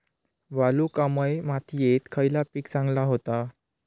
वालुकामय मातयेत खयला पीक चांगला होता?